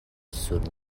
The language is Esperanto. sur